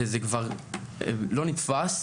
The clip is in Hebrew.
וזה כבר לא נתפש.